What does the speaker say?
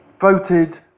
voted